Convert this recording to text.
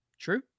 True